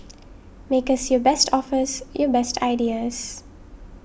make us your best offers your best ideas